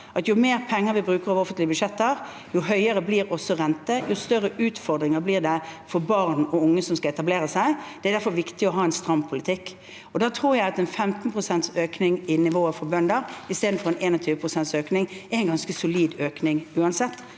jo mer penger vi bruker over offentlige budsjetter, jo høyere blir renten, og jo større utfordringer blir det for barn og unge som skal etablere seg. Det er derfor viktig å ha en stram politikk. Da tror jeg at en økning på 15 pst. i nivået for bønder, i stedet for en økning på 21 pst., er en ganske solid økning uansett,